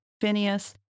Phineas